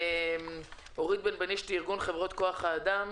אורית בנבנישתי מארגון חברות כוח האדם,